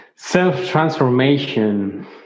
self-transformation